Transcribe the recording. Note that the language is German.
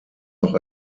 auch